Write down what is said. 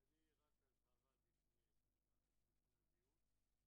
רק אזהרה לפני הדיון: